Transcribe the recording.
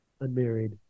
unmarried